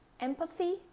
empathy